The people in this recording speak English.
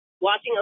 Watching